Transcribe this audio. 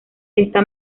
esta